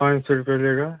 पाँच सौ रुपये लेगा